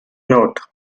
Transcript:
note